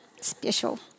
Special